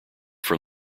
from